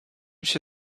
się